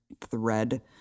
thread